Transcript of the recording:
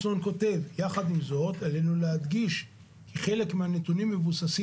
ירושלים זה חתיכת סיפור.